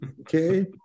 Okay